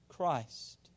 Christ